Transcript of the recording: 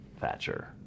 Thatcher